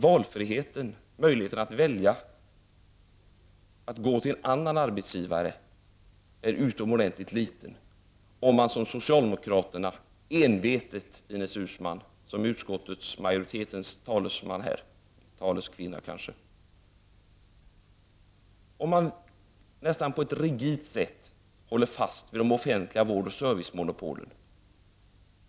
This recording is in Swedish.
Valfriheten, möjligheten att välja att gå till en annan arbetsgivare, blir utomordentligt liten om man som socialdemokraterna envetet, nästan rigid -- Ines Uusmann, utskottsmajoritetens talesman eller kanske taleskvinna -- håller fast vid de offentliga vård och servicemonopolen.